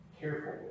careful